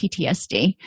PTSD